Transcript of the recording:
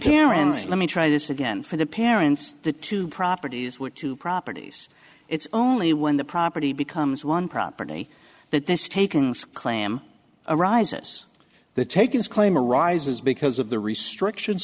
parents let me try this again for the parents the two properties were two properties it's only when the property becomes one property that this taking this claim arises the take his claim arises because of the restrictions